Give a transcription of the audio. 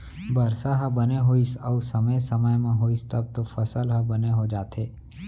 बरसा ह बने होइस अउ समे समे म होइस तब तो फसल ह बने हो जाथे